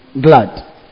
glad